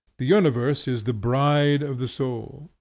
the universe is the bride of the soul.